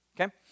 Okay